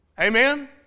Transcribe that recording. Amen